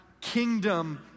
kingdom